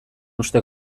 uste